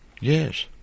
Yes